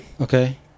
Okay